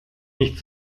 nicht